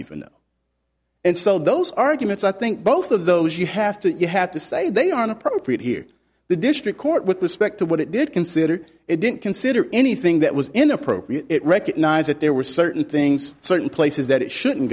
even know and so those arguments i think both of those you have to you have to say they are inappropriate here the district court with respect to what it did consider it didn't consider anything that was inappropriate it recognize that there were certain things certain places that it shouldn't